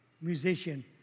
musician